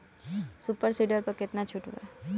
Super seeder पर केतना छूट बा?